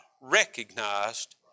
recognized